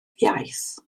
iaith